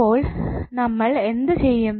ഇപ്പോൾ നമ്മൾ എന്ത് ചെയ്യും